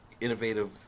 innovative